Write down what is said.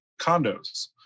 condos